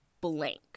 blank